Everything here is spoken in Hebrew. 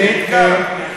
זה אתגר.